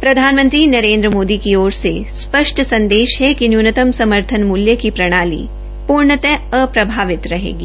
प्रधानमंत्री नरेन्द्र मोदी की ओर से स्पष्टा संदेश है कि न्यूनतम समर्थन मूल्यों की प्रणाली पूर्णतः अप्रभावित रहेगी